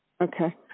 Okay